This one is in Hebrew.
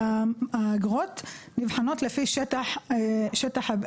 האגרות נבחנות לפי שטח הבנייה,